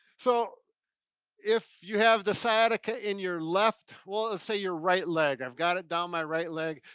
so if you have the sciatica in your left, well, let's say your right leg. i've got it down my right leg.